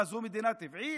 מה, זו מדינה טבעית?